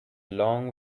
long